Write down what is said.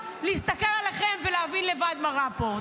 להסתכל עליכם ולהבין לבד מה רע פה.